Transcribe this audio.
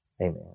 Amen